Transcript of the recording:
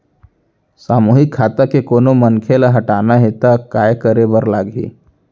सामूहिक खाता के कोनो मनखे ला हटाना हे ता काय करे बर लागही?